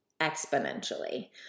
exponentially